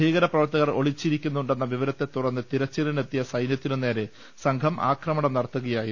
ഭീകരപ്രവർത്തകർ ഒളിച്ചിരിക്കുന്നുണ്ടെന്ന വിവരത്തെ തുടർന്ന് തിരച്ചിലിന് എത്തിയ സൈന്യത്തിനു നേരെ സംഘം ആക്രമണം നടത്തുകയായിരുന്നു